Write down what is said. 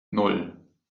nan